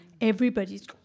everybody's